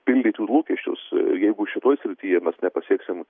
pildyt jų lūkesčius jeigu šitoj srityje mes nepasieksim